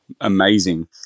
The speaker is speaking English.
amazing